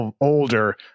older